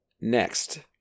Next